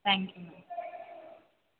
thank you